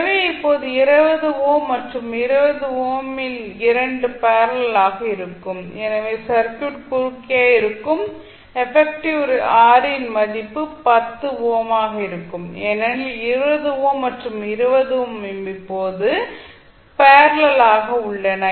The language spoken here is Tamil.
எனவே இப்போது 20 ஓம் மற்றும் இந்த 20 ஓம் இரண்டும் பேரலல் ஆக இருக்கும் எனவே சர்க்யூட் குறுக்கே இருக்கும் எஃபெக்டிவ் R ன் மதிப்பு 10 ஓம் ஆக இருக்கும் ஏனெனில் 20 ஓம் மற்றும் 20 ஓம் இப்போது பேரலல் ஆக உள்ளன